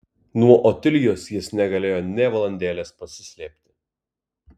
nuo otilijos jis negalėjo nė valandėlės pasislėpti